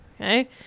Okay